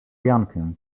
jankę